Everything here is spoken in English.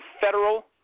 federal